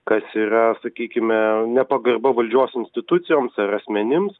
kas yra sakykime nepagarba valdžios institucijoms ar asmenims